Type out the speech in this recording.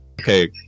Okay